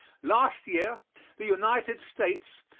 last year the united states,